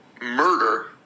murder